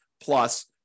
plus